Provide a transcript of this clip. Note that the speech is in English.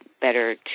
better